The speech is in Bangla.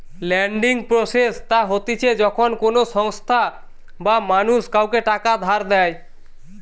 লেন্ডিং প্রসেস তা হতিছে যখন কোনো সংস্থা বা মানুষ কাওকে টাকা ধার দেয়